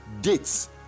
dates